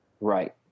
right